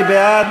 מי בעד?